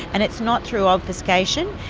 and it's not through obfuscation,